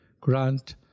grant